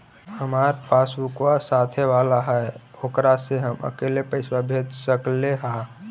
हमार पासबुकवा साथे वाला है ओकरा से हम अकेले पैसावा भेज सकलेहा?